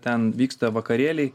ten vyksta vakarėliai